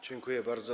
Dziękuję bardzo.